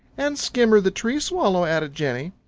and skimmer the tree swallow, added jenny.